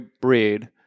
breed